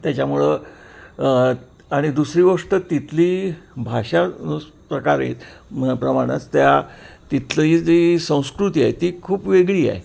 त्याच्यामुळं आणि दुसरी गोष्ट तिथली भाषा प्रकारे प्रमाणंच त्या तिथली जी संस्कृती आहे ती खूप वेगळी आहे